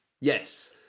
Yes